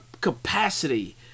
capacity